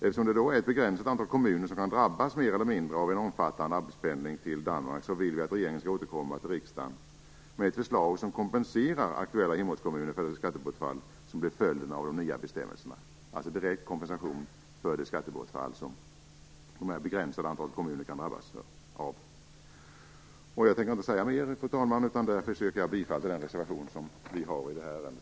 Eftersom det är ett begränsat antal kommuner som kan drabbas mer eller mindre av en omfattande arbetspendling till Danmark vill vi att regeringen skall återkomma till riksdagen med ett förslag som kompenserar aktuella hemortskommuner för det skattebortfall som blir följden av de nya bestämmelserna, dvs. direkt kompensation för det skattebortfall som det här begränsade antalet kommuner kan drabbas av. Fru talman! Jag tänker inte säga mer. Jag yrkar bifall till den reservation som vi har i det här ärendet.